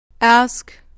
Ask